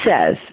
says